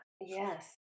yes